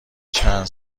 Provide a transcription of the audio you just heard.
چند